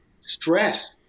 stress